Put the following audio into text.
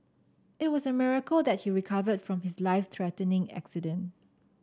it was a miracle that he recovered from his life threatening accident